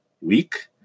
week